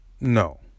No